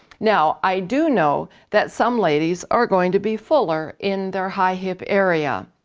now, i do know that some ladies are going to be fuller in their high hip area.